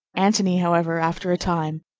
antony, however, after a time,